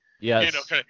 Yes